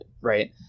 right